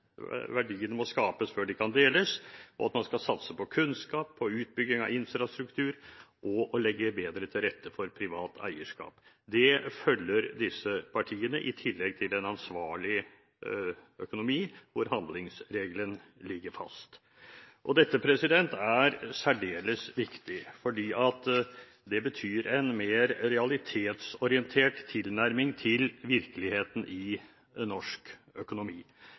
verdiene må skapes før de kan deles, og at man skal satse på kunnskap, på utbygging av infrastruktur og på å legge bedre til rette for privat eierskap. Dette følger disse partiene, i tillegg til en ansvarlig økonomi hvor handlingsregelen ligger fast. Dette er særdeles viktig, for det betyr en mer realitetsorientert tilnærming til virkeligheten i norsk økonomi.